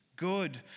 Good